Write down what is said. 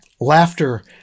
Laughter